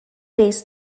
based